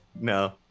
No